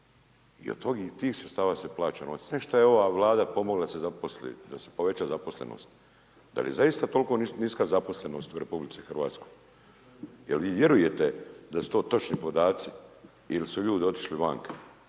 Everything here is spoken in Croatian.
što je ova Vlada pomogla da se zaposli, da se poveća zaposlenost. Da li je zaista toliko niska zaposlenost u RH? Jel vi vjerujete da su to točni podaci ili su ljudi otišli vanka?